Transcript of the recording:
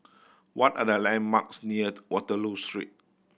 what are the landmarks near Waterloo Street